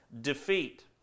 defeat